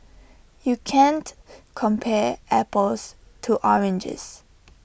you can't compare apples to oranges